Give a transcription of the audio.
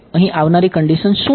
અહીં આવનારી કંડિશનશું છે